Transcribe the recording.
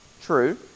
True